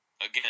Again